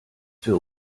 für